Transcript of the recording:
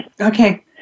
Okay